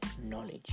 knowledge